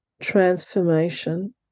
transformation